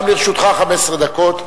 גם לרשותך 15 דקות,